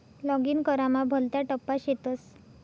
login करामा भलता टप्पा शेतस